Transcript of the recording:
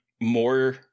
more